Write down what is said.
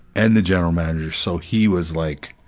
and the general manager, so he was like,